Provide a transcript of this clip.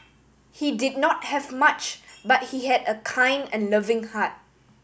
he did not have much but he had a kind and loving heart